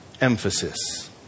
emphasis